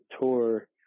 tour